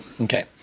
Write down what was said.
Okay